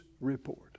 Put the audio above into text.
report